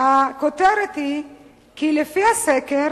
הכותרת היא כי לפי הסקר